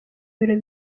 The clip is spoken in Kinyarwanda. biro